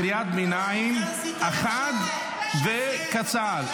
קריאת ביניים אחת קצרה.